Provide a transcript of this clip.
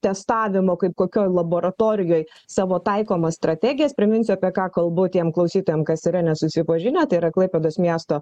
testavimo kaip kokioj laboratorijoj savo taikomas strategijas priminsiu apie ką kalbu tiem klausytojam kas yra nesusipažinę tai yra klaipėdos miesto